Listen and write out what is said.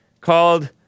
called